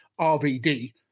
RVD